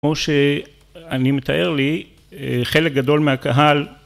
כמו שאני מתאר לי, חלק גדול מהקהל...